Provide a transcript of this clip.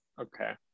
Okay